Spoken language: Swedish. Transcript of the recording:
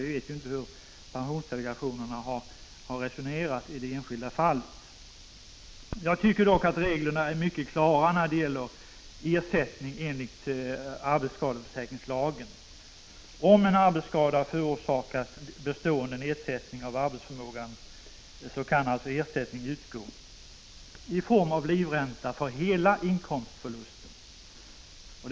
Vi vet inte hur pensionsdelegationen har resonerat i det enskilda fallet. Jag tycker dock att reglerna är mycket klara när det gäller ersättningen enligt arbetsskadeförsäkringslagen. Om en arbetsskada har förorsakat bestående nedsättning av arbetsförmågan kan alltså ersättning utgå i form av livränta för hela inkomstförlusten.